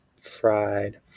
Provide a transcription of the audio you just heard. fried